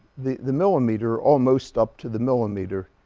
the the millimeter almost up to the millimeter